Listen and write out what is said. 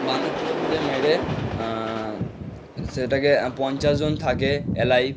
বান্দা খুঁজে খুঁজে মেরে সেটাকে পঞ্চাশ জন থাকে এলাইভ